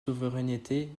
souveraineté